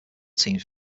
teams